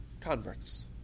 converts